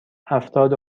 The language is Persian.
هفتاد